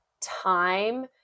time